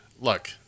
look